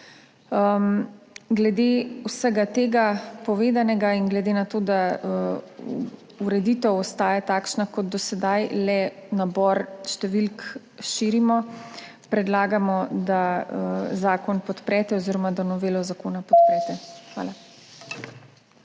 Glede vsega povedanega in glede na to, da ureditev ostaja takšna kot do sedaj, širimo le nabor številk, predlagamo, da zakon podprete oziroma da novelo zakona podprete. Hvala.